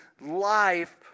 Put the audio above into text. life